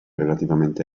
relativamente